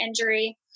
injury